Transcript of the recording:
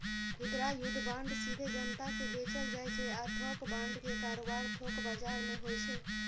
खुदरा युद्ध बांड सीधे जनता कें बेचल जाइ छै आ थोक बांड के कारोबार थोक बाजार मे होइ छै